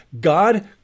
God